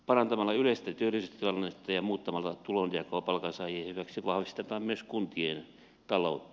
parantamalla yleistä työllisyystilannetta ja muuttamalla tulonjakoa palkansaajien hyväksi vahvistetaan myös kuntien taloutta